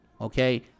Okay